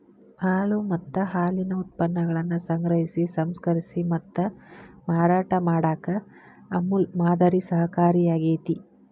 ಹಾಲು ಮತ್ತ ಹಾಲಿನ ಉತ್ಪನ್ನಗಳನ್ನ ಸಂಗ್ರಹಿಸಿ, ಸಂಸ್ಕರಿಸಿ ಮತ್ತ ಮಾರಾಟ ಮಾಡಾಕ ಅಮೂಲ್ ಮಾದರಿ ಸಹಕಾರಿಯಾಗ್ಯತಿ